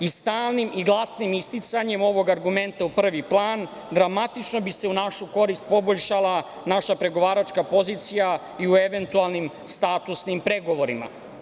I stalnim i glasnim isticanjem ovog argumenta u prvi plan dramatično bi se u našu korist poboljšala naša pregovaračka pozicija i u eventualnim statusnim pregovorima.